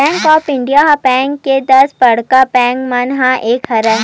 bank of India ह भारत के दस बड़का बेंक मन म एक हरय